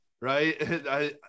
right